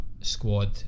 squad